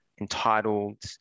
entitled